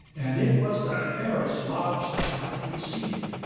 and it was the fairest lodge that might be seen.